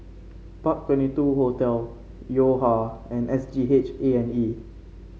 Park Twenty two Hotel Yo Ha and S G H A and E